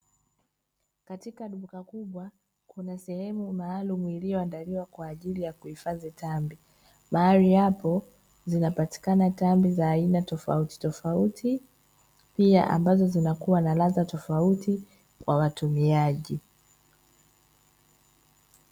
Katika duka kubwa kuna sehemu maalumu iliyoandaliwa kwa ajili ya kuhifadhi tambi mahali hapo zinapatikana tambi za aina tofauti tofauti pia ambazo zinakuwa na radha tofauti kwa watumiaji.